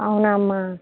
అవునా అమ్మ